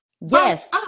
yes